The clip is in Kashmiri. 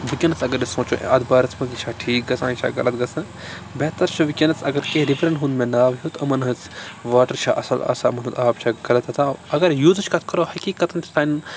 وٕنکیٚنَس اگر أسۍ سونٛچو اَتھ بارَس منٛز یہِ چھا ٹھیٖک گژھان یہِ چھا غلط گژھان بہتر چھُ وٕنکیٚنَس اگر کینٛہہ رِورَن ہُنٛد مےٚ ناو ہیٚوت یِمَن ہٕنٛز واٹَر چھا اَصٕل آسان یِمَن ہٕنٛز آب چھا غلط آسان اگر یوٗزٕچ کَتھ کَرو حقیٖقَتَن سانہِ